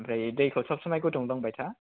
आमफ्राय दैखौ सब समाय गुदुं लोंबाय था